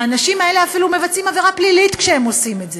האנשים האלה אפילו מבצעים עבירה פלילית כשהם עושים את זה.